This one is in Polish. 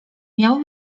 miał